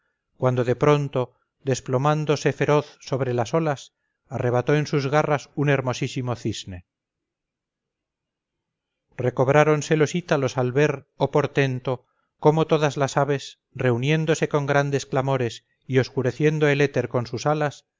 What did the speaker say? cuando de pronto desplomándose feroz sobre las olas arrebató en sus garras un hermosísimo cisne recobráronse los ítalos al ver oh portento cómo todas las aves reuniéndose con grandes clamores y oscureciendo el éter con sus alas